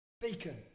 Beacon